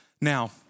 Now